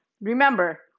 remember